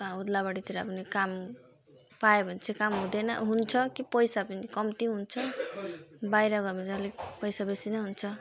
का ओद्लाबाडीतिर पनि काम पायो भने चाहिँ काम हुँदैन हुन्छ कि पैसा पनि कम्ती हुन्छ बाहिर गयो भने चाहिँ अलिक पैसा बेसी नै हुन्छ